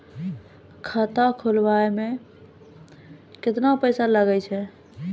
खाता खोलबाबय मे केतना पैसा लगे छै?